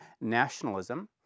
nationalism